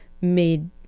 made